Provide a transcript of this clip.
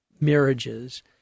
marriages